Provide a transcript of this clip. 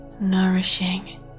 nourishing